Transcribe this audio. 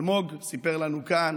אלמוג סיפר לנו כאן